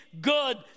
good